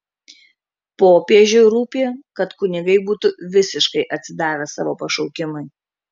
popiežiui rūpi kad kunigai būtų visiškai atsidavę savo pašaukimui